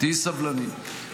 תהיי סבלנית.